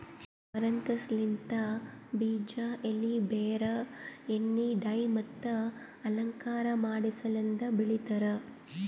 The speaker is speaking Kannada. ಅಮರಂಥಸ್ ಲಿಂತ್ ಬೀಜ, ಎಲಿ, ಬೇರ್, ಎಣ್ಣಿ, ಡೈ ಮತ್ತ ಅಲಂಕಾರ ಮಾಡಸಲೆಂದ್ ಬೆಳಿತಾರ್